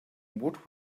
what